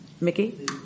Mickey